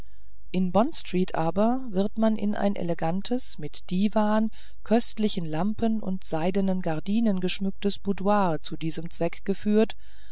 in bond street aber wird man in ein elegantes mit diwan köstlichen lampen und seidenen gardinen geschmücktes boudoir zu diesem zweck geführt